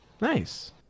nice